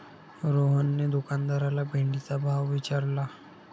रोहनने दुकानदाराला भेंडीचा भाव विचारला